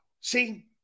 See